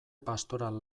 pastoral